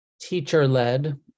teacher-led